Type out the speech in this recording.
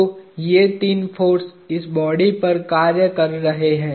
तो ये तीन फोर्स इस बॉडी पर कार्य कर रहे हैं